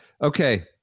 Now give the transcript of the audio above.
Okay